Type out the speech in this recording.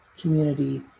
community